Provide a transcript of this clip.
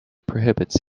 prohibits